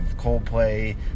Coldplay